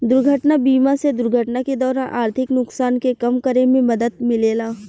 दुर्घटना बीमा से दुर्घटना के दौरान आर्थिक नुकसान के कम करे में मदद मिलेला